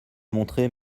montrer